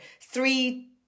three